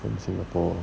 from singapore